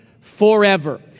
forever